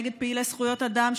נגד פעילי זכויות אדם,